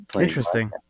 Interesting